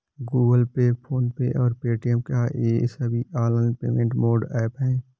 Google pay PhonePe और Paytm क्या ये सभी ऑनलाइन पेमेंट मोड ऐप हैं?